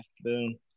boom